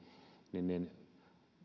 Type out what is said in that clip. niin